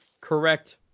correct